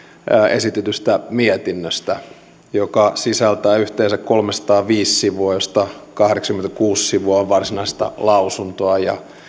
esitetystä mietinnöstä joka sisältää yhteensä kolmesataaviisi sivua joista kahdeksankymmentäkuusi sivua on varsinaista lausuntoa ja